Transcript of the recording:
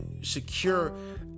secure